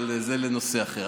אבל זה נושא אחר.